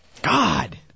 God